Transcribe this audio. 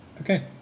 Okay